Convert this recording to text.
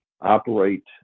operate